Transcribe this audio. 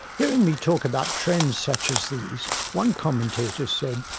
hearing me talk about trends such as these one commentator said